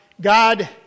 God